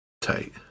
Tight